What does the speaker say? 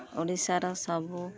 ଓଡ଼ିଶାର ସବୁ